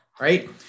right